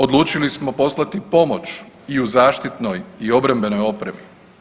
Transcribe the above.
Odlučili smo poslati pomoć i u zaštitnoj i obrambenoj opremi.